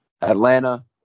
Atlanta